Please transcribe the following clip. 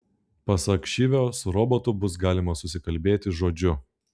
pasak šivio su robotu bus galima susikalbėti žodžiu